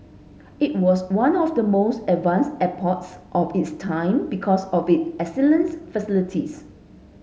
it was one of the most advanced airports of its time because of it excellence facilities